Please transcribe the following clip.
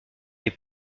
les